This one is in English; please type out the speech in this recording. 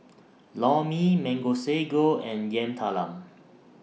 Lor Mee Mango Sago and Yam Talam